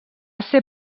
ser